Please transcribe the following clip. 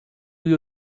you